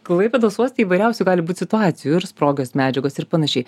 klaipėdos uoste įvairiausių gali būt situacijų ir sprogios medžiagos ir panašiai